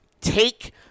take